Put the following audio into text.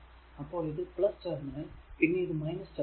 അപ്പോൾ ഇത് ടെർമിനൽ പിന്നെ ഇത് ടെർമിനൽ